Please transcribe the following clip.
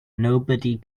nobody